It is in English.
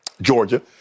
Georgia